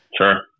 Sure